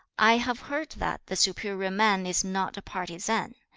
i have heard that the superior man is not a partisan.